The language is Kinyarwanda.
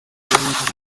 yahesheje